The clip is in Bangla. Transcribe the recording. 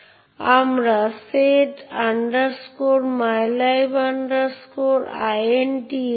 আপনার সাধারণ ডিবাগার যেমন GDB বা GDB এর সমস্ত ভিন্ন রূপ সাধারণত ptrace সিস্টেম কল ব্যবহার করে একটি ব্রেকপয়েন্ট ঘড়ি সেট করতে বিভিন্ন দিকের মেমরি অবস্থানে